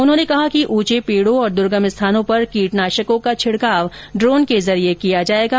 उन्होंने कहा कि उंचे पेड़ों और दुर्गम स्थानों पर कीटनाशकों का छिड़काव ड्रोन के जरिये किया जाएगा